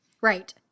right